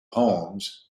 poems